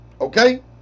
Okay